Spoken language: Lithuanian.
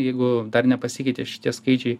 jeigu dar nepasikeitė šitie skaičiai